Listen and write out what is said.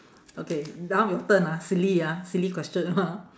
okay now your turn ah silly ah silly question ah